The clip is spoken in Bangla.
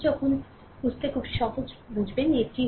আপনি যখন বুঝতে খুব সহজ আপনি এটি কি